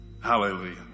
hallelujah